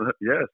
yes